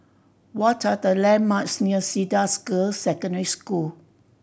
what are the landmarks near Cedar Girls' Secondary School